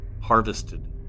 harvested